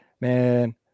man